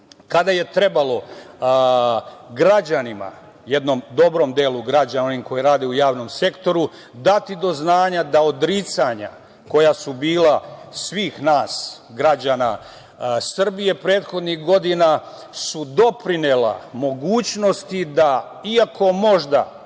kada je trebalo građanima jednom dobrom delu građana, onim koji rade u javnom sektoru, dati do znanja da odricanja koja su bila svih nas građana Srbije prethodnih godina su doprinela mogućnosti da iako možda